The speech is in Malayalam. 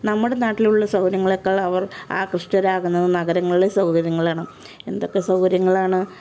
നമ്മുടെ നാട്ടിലുള്ള സൗകര്യങ്ങളേക്കാൾ അവർ ആകൃഷ്ടരാകുന്നത് നഗരങ്ങളിലെ സൗകര്യങ്ങളാണ് എന്തൊക്കെ സൗകര്യങ്ങളാണ്